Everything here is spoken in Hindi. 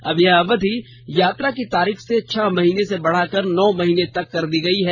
अब यह अवधि यात्रा की तारीख से छह महीने से बढ़ाकर नौ महीने तक कर दी गयी है